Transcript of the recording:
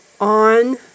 on